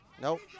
Nope